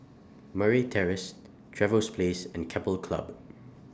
Murray Terrace Trevose Place and Keppel Club